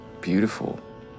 beautiful